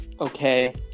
okay